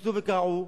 כשקיצצו וגרעו?